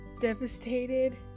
devastated